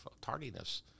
tardiness